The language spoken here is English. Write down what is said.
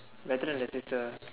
better than the sister